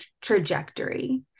trajectory